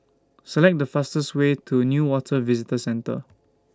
Select The fastest Way to Newater Visitor Centre